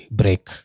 break